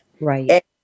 Right